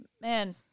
man